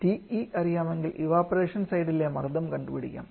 TE അറിയാമെങ്കിൽ evaporation സൈഡിലെ മർദ്ദം കണ്ടുപിടിക്കാം